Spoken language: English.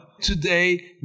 today